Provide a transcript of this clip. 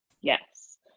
Yes